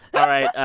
all right.